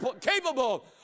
capable